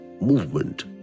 movement